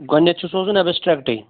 گۄڈٕنیٚتھ چھُ سوزُن ایبیسٹرٛکٹٕے